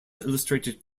illustrated